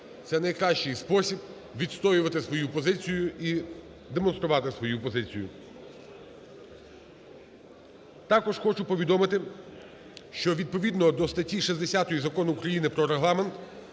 це найкращий спосіб відстоювати свою позицію і демонструвати свою позицію. Також хочу повідомити, що відповідно до статті 60 Закону України про Регламент